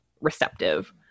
receptive